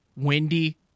Windy